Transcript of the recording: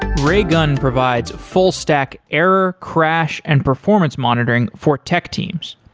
raygun provides full stack, error, crash and performance monitoring for tech teams.